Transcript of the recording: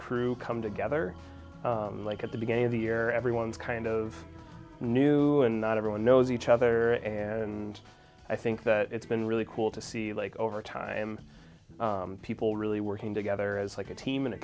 crew come together like at the beginning of the year everyone's kind of new and not everyone knows each other and i think that it's been really cool to see like over time people really working together as like a team in